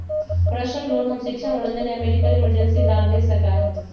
personal loan हम शिक्षा मनोरंजन या मेडिकल इमरजेंसी ला ले सका ही